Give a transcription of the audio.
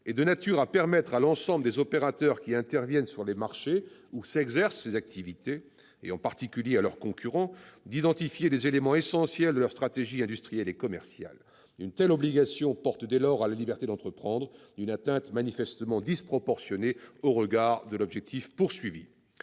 est de nature à permettre à l'ensemble des opérateurs qui interviennent sur les marchés où s'exercent ces activités, et en particulier à leurs concurrents, d'identifier des éléments essentiels de leur stratégie industrielle et commerciale. Une telle obligation porte dès lors à la liberté d'entreprendre une atteinte manifestement disproportionnée au regard de l'objectif poursuivi.